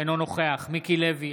אינו נוכח מיקי לוי,